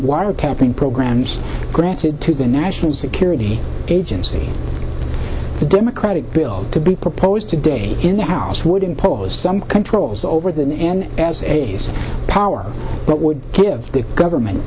wiretapping programs connected to the national security agency the democratic bill to be proposed today in the house would impose some controls over the name and power but would give the government